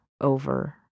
over